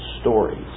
stories